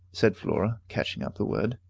said flora, catching up the word.